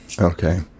Okay